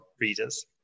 readers